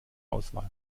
auswahl